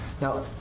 Now